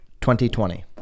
2020